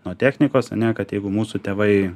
nuo technikos ane kad jeigu mūsų tėvai